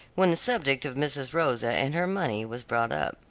when the subject of mrs. rosa and her money was brought up.